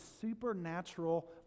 supernatural